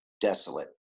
desolate